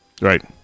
right